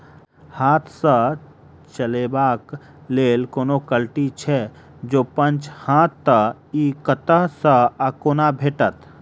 हाथ सऽ चलेबाक लेल कोनों कल्टी छै, जौंपच हाँ तऽ, इ कतह सऽ आ कोना भेटत?